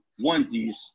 onesies